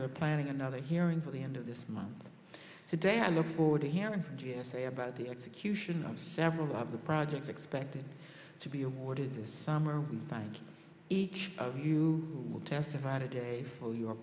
was planning another hearing for the end of this month today i look forward to hearing from g s a about the execution of several of the projects expected to be awarded this summer find each of you will testify today for your